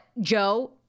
Joe